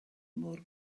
mor